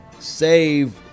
save